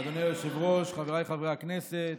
אדוני היושב-ראש, חבריי חברי הכנסת,